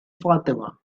fatima